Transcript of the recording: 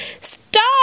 Stop